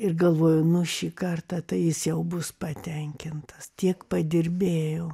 ir galvojau nu šį kartą tai jis jau bus patenkintas tiek padirbėjau